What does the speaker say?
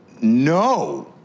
No